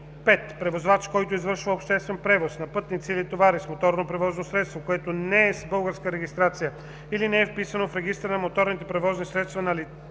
(5) Превозвач, който извършва обществен превоз на пътници или товари с моторно превозно средство, което не е с българска регистрация или не е вписано в регистъра на моторните превозни средства на лиценза